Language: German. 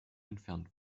entfernt